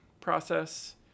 process